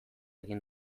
egin